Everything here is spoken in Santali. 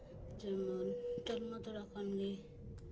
ᱡᱮᱢᱚᱱ ᱡᱚᱱᱢᱚ ᱛᱚᱨᱟ ᱠᱷᱚᱱ ᱜᱮ